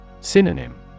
Synonym